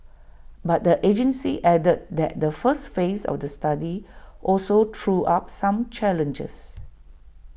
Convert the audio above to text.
but the agency added that the first phase of the study also threw up some challenges